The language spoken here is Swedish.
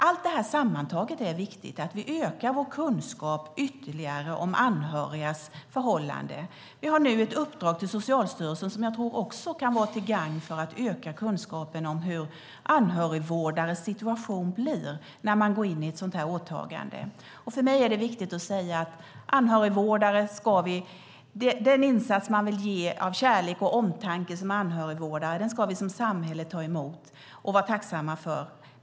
Allt det här sammantaget är viktigt, att vi ökar vår kunskap ytterligare om anhörigas förhållande. Vi har nu ett uppdrag till Socialstyrelsen som jag tror också kan vara till gagn för att öka kunskapen om hur anhörigvårdares situation blir när man går in i ett sådant här åtagande. För mig är det viktigt att säga att den insats man vill ge av kärlek och omtanke som anhörigvårdare ska vi som samhälle ta emot och vara tacksamma för.